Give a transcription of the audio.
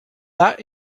that